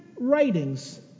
writings